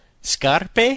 Scarpe